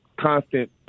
constant